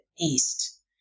East